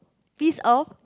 piece of